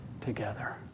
together